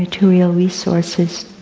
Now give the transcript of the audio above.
material resources,